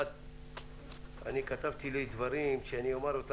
אני כתבתי לי דברים לומר,